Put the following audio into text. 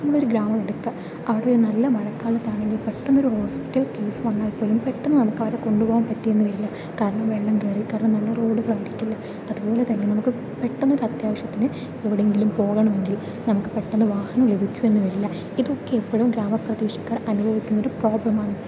നമ്മളൊരു ഗ്രാമം എടുക്കുക അവിടെ ഒരു നല്ല മഴക്കാലത്ത് ആണെങ്കിൽ പെട്ടെന്നൊരു ഹോസ്പിറ്റൽ കേസ് വന്നാൽ പോലും പെട്ടെന്ന് നമുക്കവരെ കൊണ്ടുപോകാൻ പറ്റിയെന്നു വരില്ല കാരണം വെള്ളം കയറി കാരണം നല്ല റോഡുകൾ ആയിരിക്കില്ല അതുപോലെ തന്നെ നമുക്ക് പെട്ടെന്നൊരു അത്യാവശ്യത്തിന് എവിടെയെങ്കിലും പോകണമെങ്കിൽ നമുക്ക് പെട്ടെന്നു വാഹനം ലഭിച്ചു എന്ന് വരില്ല ഇതൊക്കെ എപ്പോഴും ഗ്രാമ പ്രദേശക്കാർ അനുഭവിക്കുന്ന ഒരു പ്രോബ്ലമാണ്